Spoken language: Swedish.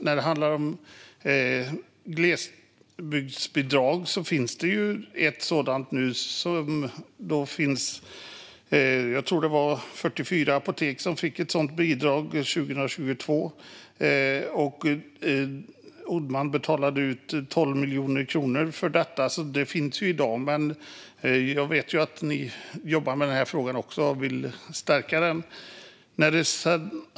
När det handlar om glesbygdsbidrag finns det ju ett sådant nu som jag tror att 44 apotek fick 2022. Man betalade ut 12 miljoner kronor för det. Det finns alltså i dag. Jag vet att ni också jobbar med den här frågan och vill stärka den.